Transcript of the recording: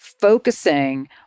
focusing